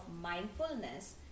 mindfulness